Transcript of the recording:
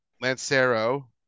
Lancero